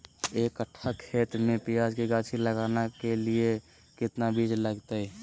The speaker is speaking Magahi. एक कट्ठा खेत में प्याज के गाछी लगाना के लिए कितना बिज लगतय?